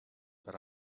but